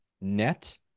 net